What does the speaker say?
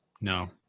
No